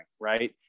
Right